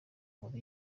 nkuru